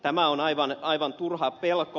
tämä on aivan turha pelko